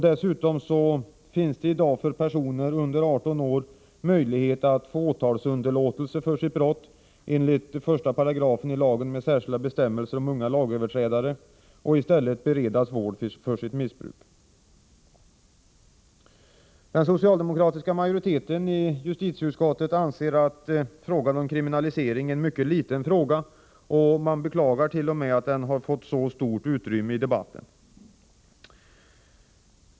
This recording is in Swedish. Dessutom finns det i dag för personer under 18 år möjlighet att få åtalsunderlåtelse för sitt brott enligt 1§ lagen med särskilda bestämmelser om unga lagöverträdare. Dessa kan i stället beredas vård för sitt missbruk. Den socialdemokratiska majoriteten i justitieutskottet anser att frågan om kriminalisering är en mycket liten fråga, och man beklagar t.o.m. att den fått så stort utrymme i debatten.